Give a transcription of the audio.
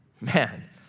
Man